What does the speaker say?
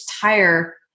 tire